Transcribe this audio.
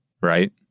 right